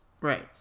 right